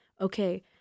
Okay